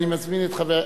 תודה רבה.